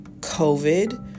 COVID